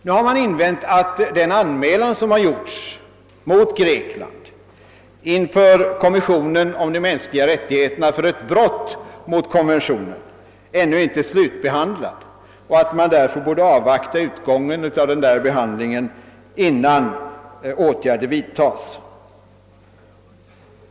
Nu har det invänts att den anmälan, som gjorts mot Grekland inför kommissionen för de mänskliga rättigheterna för brott mot konventionen, ännu inte har slutbehandlats och att man borde avvakta den behandlingen innan åtgärder vidtages.